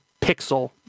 pixel